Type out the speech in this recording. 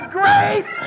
grace